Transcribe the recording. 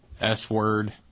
S-word